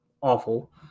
awful